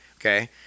Okay